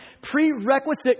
prerequisite